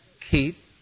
Keep